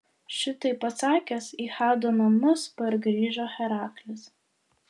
šitai pasakęs į hado namus pargrįžo heraklis